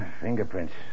Fingerprints